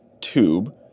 tube